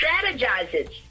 strategizes